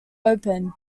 open